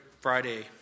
Friday